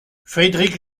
friedrich